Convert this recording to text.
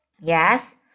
Yes